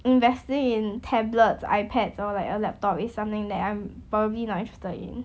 investing in tablets iPads or like a laptop is something that I'm probably not interested in